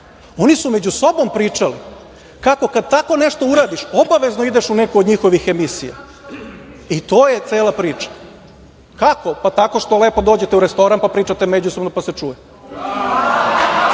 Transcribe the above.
Oni su među sobom pričali kako kad tako nešto uradiš obavezno ideš u neku od njihovih emisija. To je cela priča. Kako? Pa, tako što lepo dođete u restoran, pa pričate međusobno, pa se